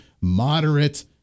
moderate